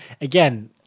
again